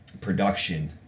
production